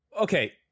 okay